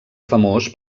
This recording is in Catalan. famós